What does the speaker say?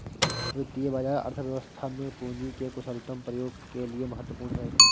वित्तीय बाजार अर्थव्यवस्था में पूंजी के कुशलतम प्रयोग के लिए महत्वपूर्ण है